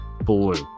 BLUE